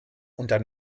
unter